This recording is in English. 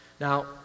Now